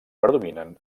predominen